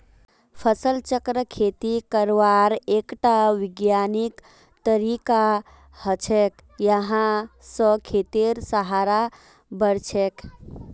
फसल चक्र खेती करवार एकटा विज्ञानिक तरीका हछेक यहा स खेतेर सहार बढ़छेक